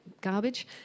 garbage